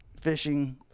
fishing